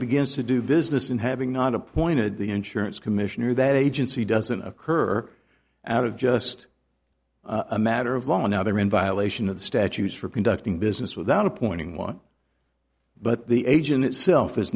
begins to do business and having not appointed the insurance commissioner that agency doesn't occur out of just a matter of law now they're in violation of the statutes for conducting business without appointing want but the agent itself is